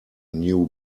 new